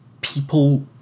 people